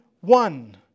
one